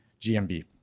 GMB